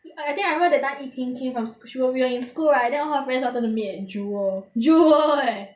I think I remember that time yi ting came from sh~ k~ we were in school right then all her friends wanted to meet at jewel jewel eh